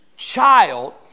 Child